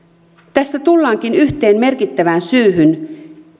tässä tullaankin yhteen merkittävään syyhyn